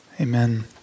amen